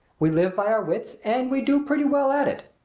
we live by our wits and we do pretty well at it.